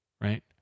right